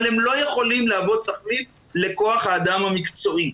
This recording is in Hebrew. אבל הם לא יכולים להוות תחליף לכוח האדם המקצועי.